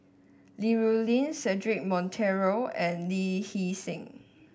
Li Rulin Cedric Monteiro and Lee Hee Seng